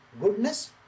Goodness